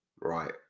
Right